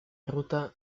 ruta